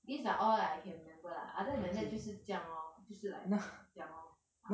these are all that I can remember lah other than that 就是这样 lor 就是 like 这样 lor I